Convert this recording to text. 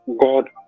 God